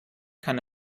kann